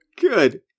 Good